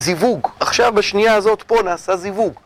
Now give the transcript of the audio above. זיווג, עכשיו בשנייה הזאת פה נעשה זיווג